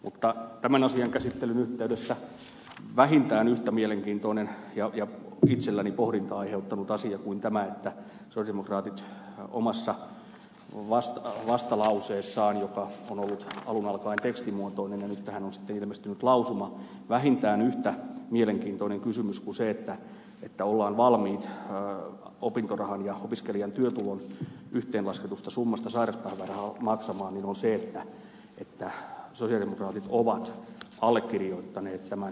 mutta tämän asian käsittelyn yhteydessä vähintään yhtä mielenkiintoinen ja itselleni pohdintaa aiheuttanut asia kuin se että sosialidemokraatit omassa vastalauseessaan joka on ollut alun alkaen tekstimuotoinen ja nyt on sitten ilmestynyt lausuma vähintään yhtä mielenkiintoinen kysymys kuin se että ollaan valmiit opintorahan ja opiskelijan työtulon yhteenlasketusta summasta sairauspäivärahaa maksamaan on se että sosialidemokraatit ovat allekirjoittaneet tämän ed